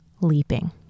leaping